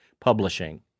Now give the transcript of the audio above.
publishing